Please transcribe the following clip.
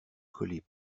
collées